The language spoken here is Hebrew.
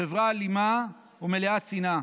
חברה אלימה ומלאת שנאה.